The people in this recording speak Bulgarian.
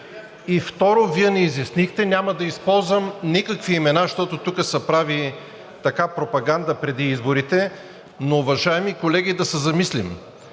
И второ, Вие не изяснихте… Няма да използвам никакви имена, защото тук се прави пропаганда преди изборите, но уважаеми колеги, да се замислим